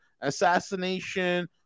assassination